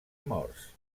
morts